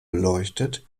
beleuchtet